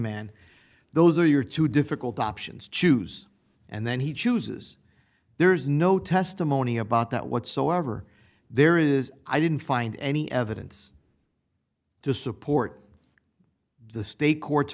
man those are your two difficult options choose and then he chooses there is no testimony about that whatsoever there is i didn't find any evidence to support the state court